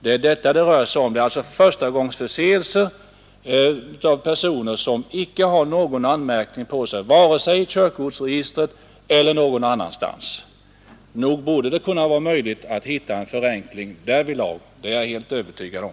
Det är detta det rör sig om. Det är alltså förstagångsförseelser det gäller, personer som icke har någon anmärkning vare sig i körkortsregistret eller någon annanstans. Nog borde det vara möjligt att hitta en förenkling därvidlag. Det är jag helt övertygad om.